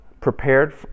prepared